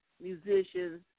musicians